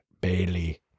Bailey